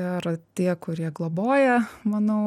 ir tie kurie globoja manau